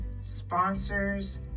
Sponsors